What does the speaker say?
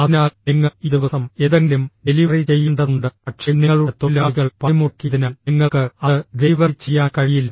അതിനാൽ നിങ്ങൾ ഈ ദിവസം എന്തെങ്കിലും ഡെലിവറി ചെയ്യേണ്ടതുണ്ട് പക്ഷേ നിങ്ങളുടെ തൊഴിലാളികൾ പണിമുടക്കിയതിനാൽ നിങ്ങൾക്ക് അത് ഡെലിവറി ചെയ്യാൻ കഴിയില്ല